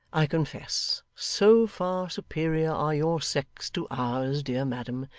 i confess so far superior are your sex to ours, dear madam,